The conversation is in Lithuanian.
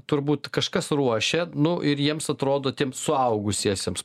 turbūt kažkas ruošia nu ir jiems atrodo tiem suaugusiesiems